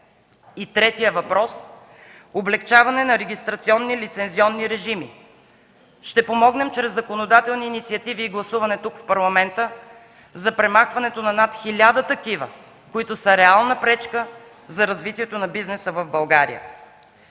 третият въпрос – облекчаване на регистрационни и лицензионни режими. Ще помогнем чрез законодателни инициативи и гласуване тук, в парламента, за премахването на над хиляда такива, които са реална пречка за развитието на бизнеса в България.